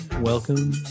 welcome